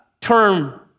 term